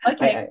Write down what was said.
Okay